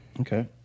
Okay